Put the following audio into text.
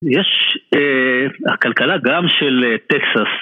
יש הכלכלה גם של טקסס